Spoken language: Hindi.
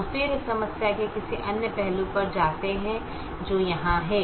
हम फिर इस समस्या के किसी अन्य पहलू पर जाते हैं जो यहाँ है